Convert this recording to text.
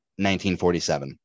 1947